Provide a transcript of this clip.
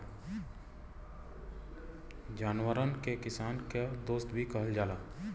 जानवरन के किसान क दोस्त भी कहल जाला